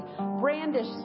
Brandish